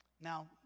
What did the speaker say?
Now